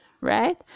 right